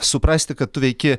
suprasti kad tu veiki